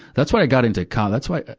that's why i got into come, that's why,